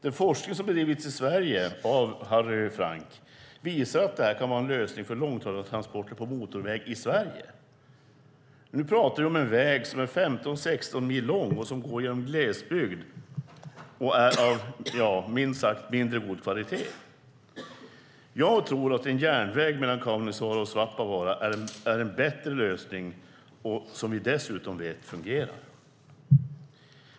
Den forskning som bedrivits i Sverige av Harry Frank visar att det här kan vara en lösning för långtradartransporter på motorväg i Sverige. Nu pratar vi om en väg som är 15-16 mil lång och som går genom glesbygd och som, minst sagt, är av mindre god kvalitet. Jag tror att en järnväg mellan Kaunisvaara och Svappavaara är en bättre lösning. Vi vet dessutom att det fungerar.